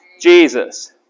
Jesus